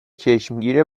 چشمگیر